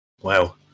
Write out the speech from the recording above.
Wow